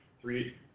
three